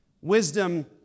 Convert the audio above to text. Wisdom